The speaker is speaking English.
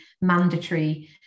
mandatory